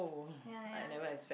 ya ya ya